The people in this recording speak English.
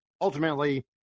ultimately